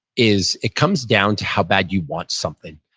is it comes down to how bad you want something.